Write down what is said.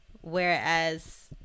whereas